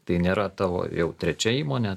tai nėra tavo jau trečia įmonė